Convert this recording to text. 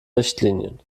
richtlinien